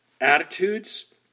attitudes